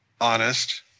honest